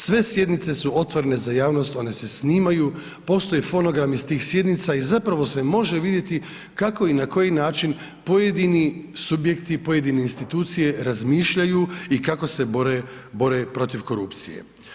Sve sjednice su otvorene za javnost one se snimaju, postoje fonogrami s tih sjednica i zapravo se može vidjeti kako i na koji način pojedini subjekti, pojedine institucije razmišljaju i kako se bore, bore protiv korupcije.